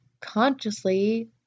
consciously